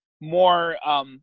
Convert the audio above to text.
more